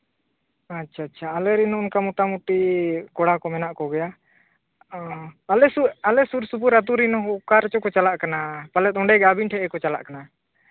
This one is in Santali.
ᱟᱪᱪᱷᱟ ᱟᱪᱪᱷᱟ ᱟᱞᱮᱨᱮᱱ ᱱᱚᱝᱠᱟ ᱢᱳᱴᱟᱢᱩᱴᱤ ᱠᱚᱲᱟ ᱠᱚ ᱢᱮᱱᱟᱜ ᱠᱚᱜᱮᱭᱟ ᱟᱞᱮ ᱥᱩᱨ ᱟᱞᱮ ᱥᱩᱨ ᱥᱩᱯᱩᱨ ᱟᱹᱛᱩ ᱨᱤᱱ ᱚᱠᱟ ᱨᱮᱪᱚ ᱠᱚ ᱪᱟᱞᱟᱜ ᱠᱟᱱᱟ ᱯᱟᱞᱮᱫ ᱚᱸᱰᱮᱜᱮ ᱟᱹᱵᱤᱱ ᱴᱷᱮᱱ ᱜᱮᱠᱚ ᱪᱟᱞᱟᱜ ᱠᱟᱱᱟ